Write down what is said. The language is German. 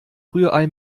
rührei